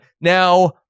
Now